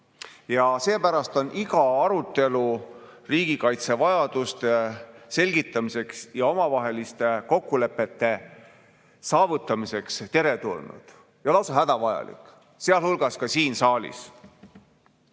Seepärast on iga arutelu riigikaitse vajaduste selgitamiseks ja omavaheliste kokkulepete saavutamiseks teretulnud ja lausa hädavajalik, sealhulgas siin